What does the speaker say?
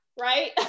right